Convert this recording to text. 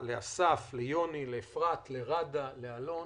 אסף, יוני, אפרת, ראדה, אלון.